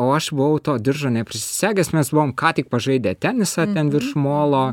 o aš buvau to diržo neprisisegęs mes buvom ką tik pažaidę tenisą ten virš molo